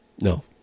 No